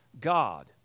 God